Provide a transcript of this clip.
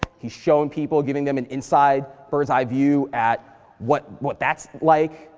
he showed people, giving them an inside, birds-eye view at what what that's like.